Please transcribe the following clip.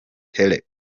terre